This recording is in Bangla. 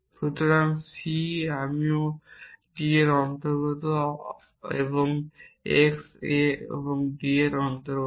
সুতরাং এই C আমিও D এর অন্তর্গত এবং x Aও D এর অন্তর্গত